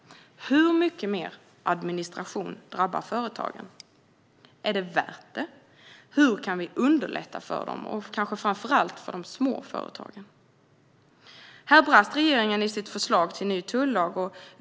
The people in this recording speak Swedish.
Hur mycket mer administration drabbar företagen? Är det värt det? Hur kan vi underlätta för dem - kanske framför allt för de små företagen? Här brast regeringen i sitt förslag till ny tullag.